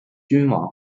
君王